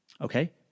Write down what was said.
Okay